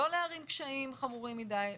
לא להערים קשיים חמורים מדי,